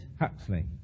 Huxley